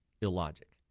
illogic